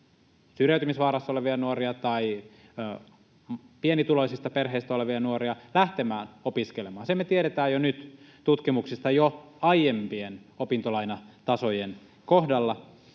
syrjäytymisvaarassa olevia nuoria tai pienituloisista perheistä olevia nuoria lähtemästä opiskelemaan. Se me tiedetään jo nyt tutkimuksista jo aiempien opintolainatasojen kohdalla.